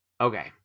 Okay